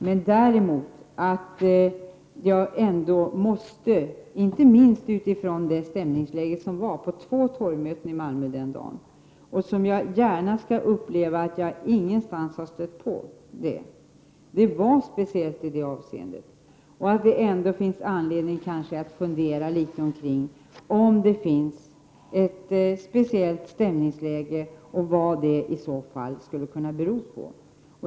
Men det stämningsläge som rådde på två torgmöten i Malmö har jag inte upplevt någon annanstans. Detta var någonting speciellt, och jag tycker att det finns anledning att fundera över om det där finns ett speciellt stämningsläge och vad detta i så fall skulle kunna bero på.